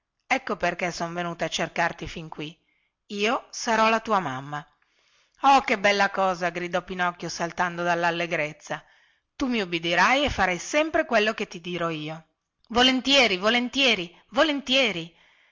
ecco perché son venuta a cercarti fin qui io sarò la tua mamma oh che bella cosa gridò pinocchio saltando dallallegrezza tu mi ubbidirai e farai sempre quello che ti dirò io volentieri volentieri volentieri